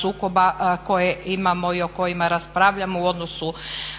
sukoba koje imamo i o kojima raspravljamo u odnosu